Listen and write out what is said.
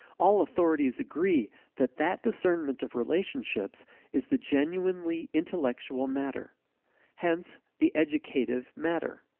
all authorities agree that that discernment of relationships is the genuinely intellectual matter hence, the educative matter.